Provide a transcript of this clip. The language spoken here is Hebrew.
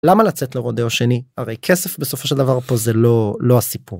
למה לצאת לרודאו שני הרי כסף בסופו של דבר פה זה לא לא הסיפור.